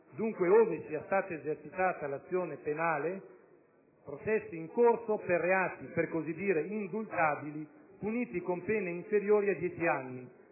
dunque ove sia stata esercitata l'azione penale - per reati per così dire indultabili, puniti con pene inferiori ai dieci anni,